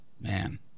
Man